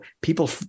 people